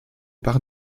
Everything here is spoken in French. par